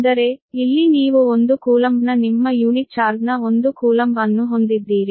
ಅಂದರೆ ಇಲ್ಲಿ ನೀವು ಒಂದು ಕೂಲಂಬ್ನ ನಿಮ್ಮ ಯುನಿಟ್ ಚಾರ್ಜ್ನ ಒಂದು ಕೂಲಂಬ್ ಅನ್ನು ಹೊಂದಿದ್ದೀರಿ